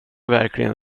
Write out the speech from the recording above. verkligen